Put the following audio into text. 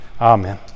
Amen